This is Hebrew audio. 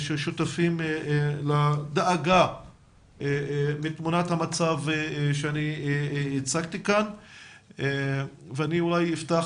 ששותפים לדאגה מתמונת המצב שאני הצגתי כאן ואני אולי אפתח